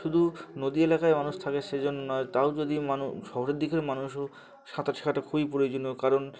শুধু নদী এলাকায় মানুষ থাকে সে জন্য নয় তাও যদি মানু শহরের দিকের মানুষও সাঁতার ছেঁকাটা খুবই প্রয়োজনীয় কারণ